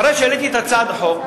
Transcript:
אחרי שהעליתי את הצעת החוק,